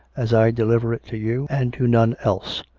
as i deliver it to you, and to none else,